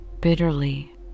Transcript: bitterly